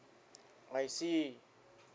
I see